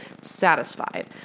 satisfied